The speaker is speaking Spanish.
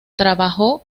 trabajó